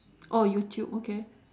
orh youtube okay